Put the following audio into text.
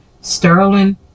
sterling